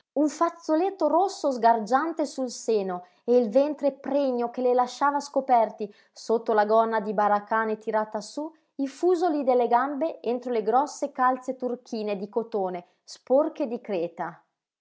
un fazzoletto rosso sgargiante sul seno e il ventre pregno che le lasciava scoperti sotto la gonna di baracane tirata sú i fusoli delle gambe entro le grosse calze turchine di cotone sporche di creta